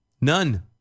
none